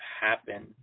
happen